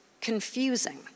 confusing